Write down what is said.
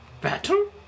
Battle